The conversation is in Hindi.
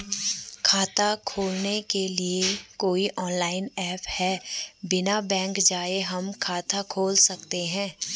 खाता खोलने के लिए कोई ऑनलाइन ऐप है बिना बैंक जाये हम खाता खोल सकते हैं?